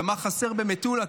ומה חסר במטולה,